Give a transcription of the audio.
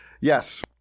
yes